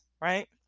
Right